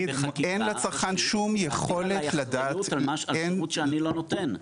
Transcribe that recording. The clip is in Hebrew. עלי בחקיקה אחריות על השירות שאני לא נותן?